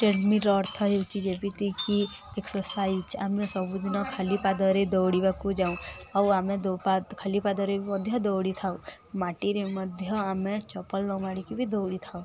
ଟ୍ରେଡ଼ମିଲ୍ର ଅର୍ଥ ହେଉଛି ଯେମିତିକି ଏକ୍ସର୍ସାଇଜ୍ ଆମେ ସବୁଦିନ ଖାଲି ପାଦରେ ଦୌଡ଼ିବାକୁ ଯାଉ ଆଉ ଖାଲି ପାଦରେ ମଧ୍ୟ ଦୌଡ଼ିଥାଉ ମାଟିରେ ମଧ୍ୟ ଆମେ ଚପଲ ନ ମାଡ଼ିକି ବି ଦୌଡ଼ିଥାଉ